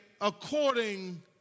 according